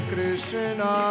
Krishna